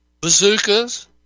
bazookas